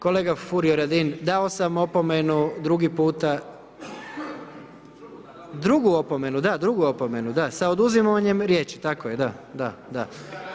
Kolega Furio Radin, dao sam opomenu drugi puta, …… [[Upadica se ne čuje.]] Drugu opomenu da, drugu opomenu da, sa oduzimanjem riječi, tako je, da, da, da.